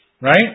Right